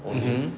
mmhmm